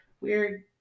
weird